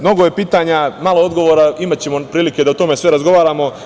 Mnogo je pitanja, a malo odgovora, i imaćemo prilike da o svemu tome razgovaramo.